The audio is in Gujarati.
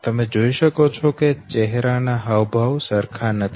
તમે જોઈ શકો છો કે ચહેરા ના હાવભાવ સરખા નથી